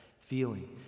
feeling